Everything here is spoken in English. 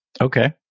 Okay